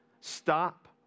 Stop